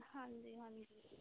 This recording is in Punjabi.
ਹਾਂਜੀ ਹਾਂਜੀ